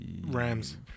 Rams